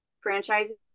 franchises